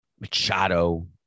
Machado